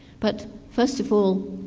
but first of all,